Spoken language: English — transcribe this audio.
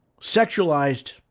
sexualized